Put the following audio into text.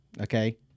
Okay